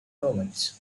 movement